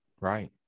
Right